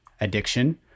addiction